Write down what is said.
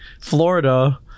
Florida